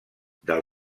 del